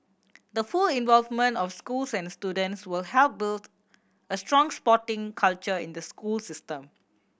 the full involvement of schools and students will help build a strong sporting culture in the school system